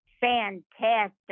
fantastic